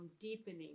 deepening